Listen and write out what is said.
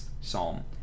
Psalm